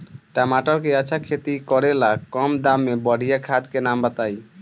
टमाटर के अच्छा खेती करेला कम दाम मे बढ़िया खाद के नाम बताई?